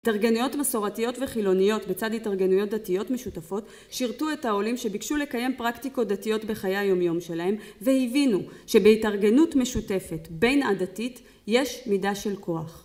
התארגנויות מסורתיות וחילוניות בצד התארגנויות דתיות משותפות שירתו את העולים שביקשו לקיים פרקטיקות דתיות בחיי היומיום שלהם והבינו שבהתארגנות משותפת בין-עדתית יש מידה של כוח